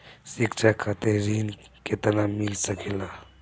शिक्षा खातिर ऋण केतना मिल सकेला?